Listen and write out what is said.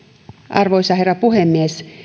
arvoisa herra puhemies